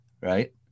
right